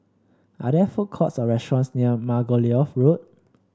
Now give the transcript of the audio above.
are there food courts or restaurants near Margoliouth Road